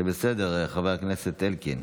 זה בסדר, חבר הכנסת אלקין.